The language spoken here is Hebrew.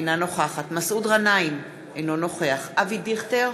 אינה נוכחת מסעוד גנאים, אינו נוכח אבי דיכטר,